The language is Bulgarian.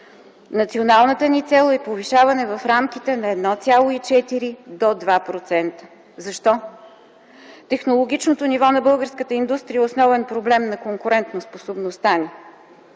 Националната ни цел е повишаване в рамките на 1.4 до 2%. Защо? Технологичното ниво на българската индустрия е основен проблем на конкурентоспособността ни.